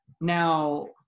Now